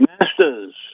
Masters